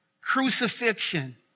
crucifixion